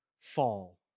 fall